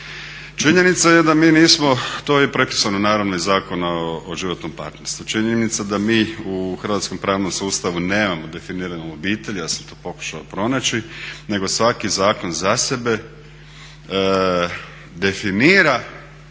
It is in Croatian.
Činjenica je da mi nismo, to je prepisano naravno iz Zakona o životnom partnerstvu, činjenica da mi u hrvatskom pravnom sustavu nemamo definiranu obitelj, ja sam to pokušao pronaći, nego svaki zakon za sebe definira